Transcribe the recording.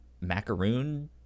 macaroon